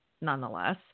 nonetheless